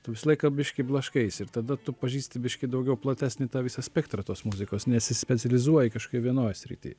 tu visą laiką biški blaškaisi ir tada tu pažįsti biškį daugiau platesnį tą visą spektrą tos muzikos nesispecializuoji kažkioj vienoj srity